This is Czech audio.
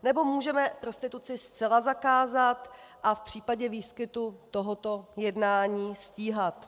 Nebo můžeme prostituci zcela zakázat a v případě výskytu tohoto jednání stíhat.